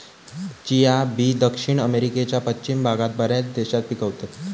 chia बी दक्षिण अमेरिकेच्या पश्चिम भागात बऱ्याच देशात पिकवतत